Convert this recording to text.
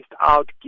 out